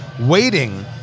waiting